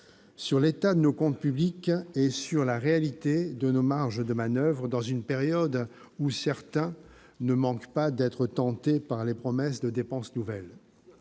sur l'état de nos comptes publics et sur la réalité de nos marges de manoeuvre dans une période où certains ne manquent pas d'être tentés par les promesses de dépenses nouvelles.